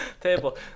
table